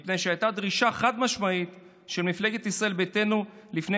מפני שהייתה דרישה חד-משמעית של מפלגת ישראל ביתנו לפני